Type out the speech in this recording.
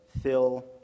Phil